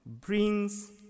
brings